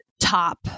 top